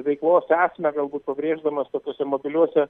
veiklos esmę galbūt pabrėždamas tokiose mobiliose